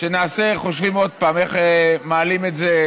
שנעשה חושבים עוד פעם איך מעלים את זה.